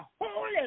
Holy